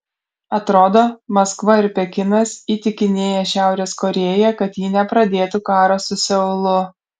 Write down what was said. atrodo maskva ir pekinas įtikinėja šiaurės korėją kad ji nepradėtų karo su seulu